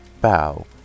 bow